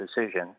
decision